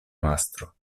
mastro